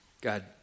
God